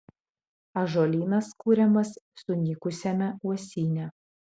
ąžuolynas kuriamas sunykusiame uosyne